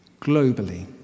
globally